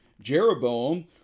Jeroboam